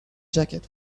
jacket